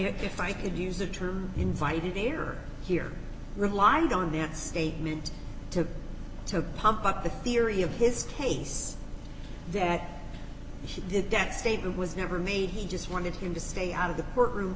if i could use the term invited error here relied on that statement to to pump up the theory of his case that she did that statement was never made he just wanted him to stay out of the courtroom